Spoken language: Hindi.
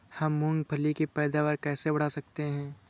हम मूंगफली की पैदावार कैसे बढ़ा सकते हैं?